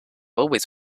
always